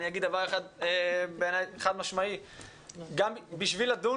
אני אומר דבר אחד באופן חד משמעי והוא שכדי לדון